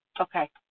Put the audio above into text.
Okay